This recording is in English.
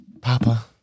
Papa